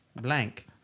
blank